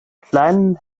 kleinen